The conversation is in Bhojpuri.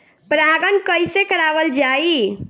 परागण कइसे करावल जाई?